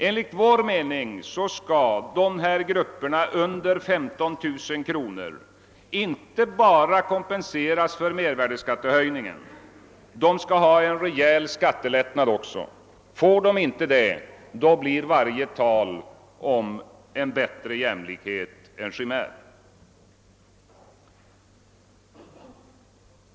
Enligt vår mening skall dessa grupper under 15000 i inkomst inte bara kompenseras för mervärdeskatthöjningen, de skall också ha en rejäl skattelättnad. Får de inte det, blir varje tal om större jämlikhet en chimär.